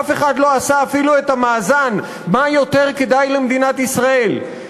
אף אחד לא עשה אפילו את המאזן מה יותר כדאי למדינת ישראל,